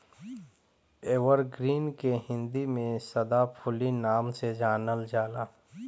evergreen के हिंदी में सदाफुली नाम से जानल जाला